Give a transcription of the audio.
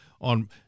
on